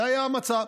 זה היה המצב.